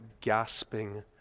gasping